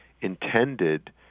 intended